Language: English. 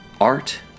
art